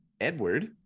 Edward